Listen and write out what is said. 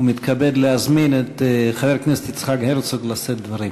ומתכבד להזמין את חבר הכנסת יצחק הרצוג לשאת דברים.